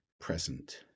present